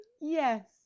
yes